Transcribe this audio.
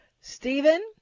Stephen